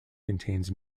contains